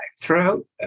throughout